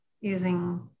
using